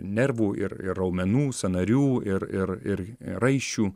nervų ir ir raumenų sąnarių ir ir ir raiščių